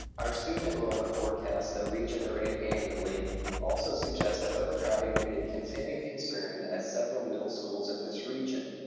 our student enrollment forecast that we generate annually also suggests that overcrowding will be a continued concern at several middle schools in this region.